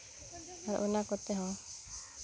ᱚᱱᱟ ᱠᱚᱛᱮ ᱦᱚᱸ